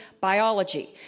biology